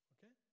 Okay